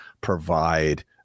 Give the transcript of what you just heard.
provide